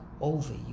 over